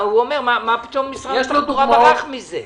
הוא אומר, מה פתאום משרד התחבורה ברח מזה?